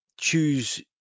choose